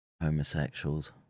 homosexuals